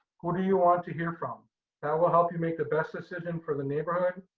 who do you want to hear from that will help you make the best decision for the neighborhood,